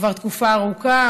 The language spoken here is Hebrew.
כבר תקופה ארוכה.